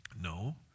No